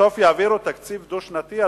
בסוף יעבירו תקציב דו-שנתי,